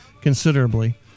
considerably